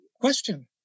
question